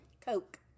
Coke